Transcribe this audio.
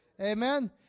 Amen